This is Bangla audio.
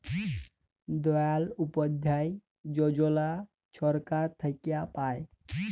দয়াল উপাধ্যায় যজলা ছরকার থ্যাইকে পায়